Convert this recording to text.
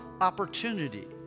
opportunity